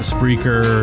Spreaker